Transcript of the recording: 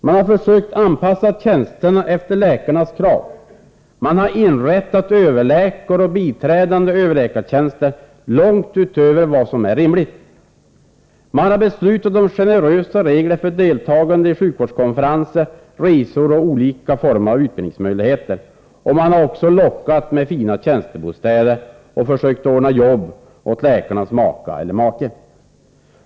Man har försökt anpassa tjänsterna efter läkarnas krav, man har inrättat överläkaroch biträdande överläkartjänster långt utöver vad som är rimligt. Man har beslutat om generösa regler för deltagande i sjukvårdskonferenser och för resor och om olika former av utbildningsmöjligheter. Man har också lockat med fina tjänstebostäder och försökt ordna jobb åt läkarnas makor eller makar.